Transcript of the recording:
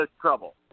trouble